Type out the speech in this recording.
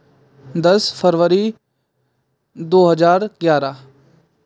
दस फरवरी दो हज़ार ग्यारह